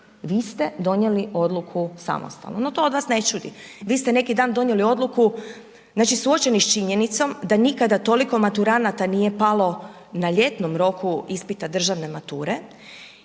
Vi ste donijeli odluku samostalno. No to od vas ne čudi. Vi ste neki dan donijeli odluku, znači suočeni sa činjenicom da nikada toliko maturanata nije palo na ljetnom roku ispita državne mature